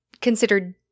considered